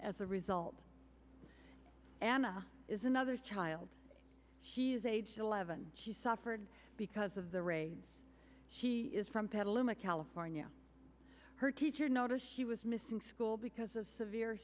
as a result ana is another child she is age eleven she suffered because of the raids she is from petaluma california her teacher noticed she was missing school because of severe